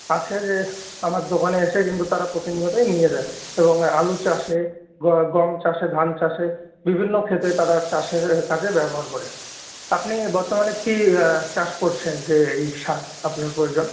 আছে যে আমার দোকানে এসে কিন্তু তারা প্রতিনিয়তই নিয়ে যায় এবং আলু চাষে গম চাষে ধান চাষে বিভিন্ন ক্ষেতে তারা চাষের কাজে ব্যবহার করে আপনি বর্তমানে কী চাষ করছেন যে এই সার আপনার প্রয়োজন